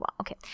okay